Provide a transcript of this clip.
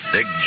Big